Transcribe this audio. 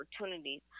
opportunities